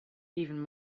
even